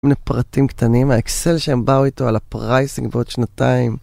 כל מיני פרטים קטנים, האקסל שהם באו איתו על הפרייסינג בעוד שנתיים